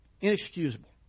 inexcusable